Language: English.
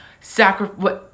sacrifice